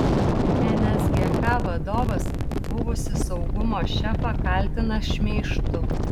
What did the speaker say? nsgk vadovas buvusį saugumo šefą kaltina šmeižtu